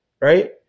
right